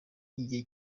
igihe